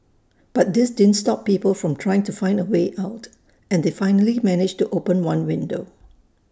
but this didn't stop people from trying to find A way out and they finally managed to open one window